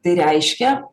tai reiškia